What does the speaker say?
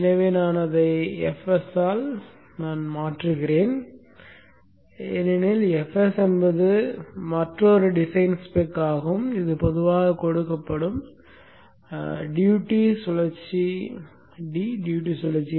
எனவே நான் அதை fs ஆல் மாற்றுவேன் ஏனெனில் fs என்பது மற்றொரு டிசைன் ஸ்பெக் ஆகும் இது பொதுவாக கொடுக்கப்படும் d டியூட்டி சுழற்சி